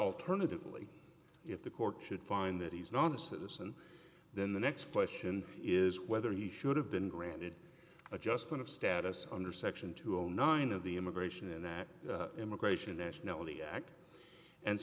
alternatively if the court should find that he's not a citizen then the next question is whether he should have been granted adjustment of status under section two hundred and nine of the immigration and that immigration nationality act and